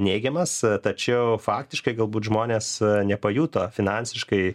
neigiamas tačiau faktiškai galbūt žmonės nepajuto finansiškai